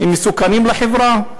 הם מסוכנים לחברה.